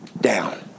down